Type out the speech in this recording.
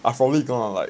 I probably gone on like